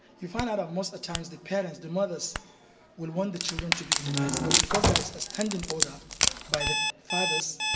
you find out um most of the time the parents, the mothers will want the children to be immunised but because there is a standing order by the fathers,